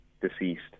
deceased